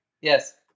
Yes